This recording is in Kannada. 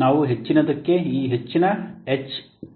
ಆದ್ದರಿಂದ ನಾವು ಹೆಚ್ಚಿನದಕ್ಕೆ ಹೆಚ್ಚಿನ H